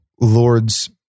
Lord's